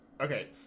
Okay